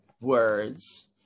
words